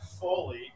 fully